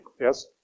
Yes